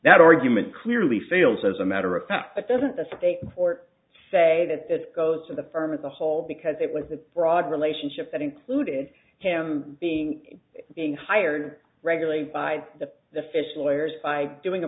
that argument clearly fails as a matter of fact but doesn't the state before say that this goes to the firm as a whole because it was a broad relationship that included him being being hired regularly by the the fish lawyers by doing a